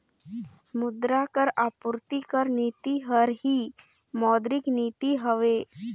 मुद्रा कर आपूरति कर नीति हर ही मौद्रिक नीति हवे